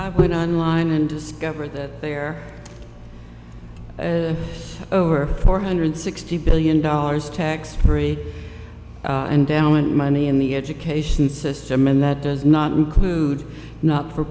put on line and discovered that there are over four hundred sixty billion dollars tax free and downland money in the education system and that does not include not for